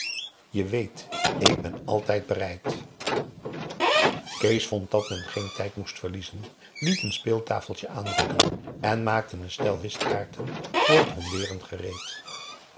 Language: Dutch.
je weet ik ben altijd bereid kees vond dat men geen tijd moest verliezen liet een speeltafeltje aanrukken en maakte een stel whistkaarten voor het homberen gereed